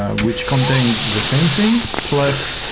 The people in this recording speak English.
ah which contains the same thing, plus,